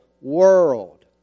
world